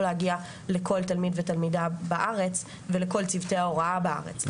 להגיע לכל תלמיד ותלמידה בארץ ולכל צוותי ההוראה בארץ,